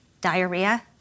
diarrhea